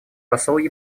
посол